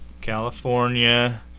California